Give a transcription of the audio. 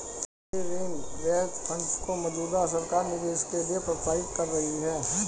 sovereign wealth funds को मौजूदा सरकार निवेश के लिए प्रोत्साहित कर रही है